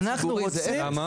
בציבורי זה אפס.